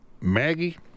Maggie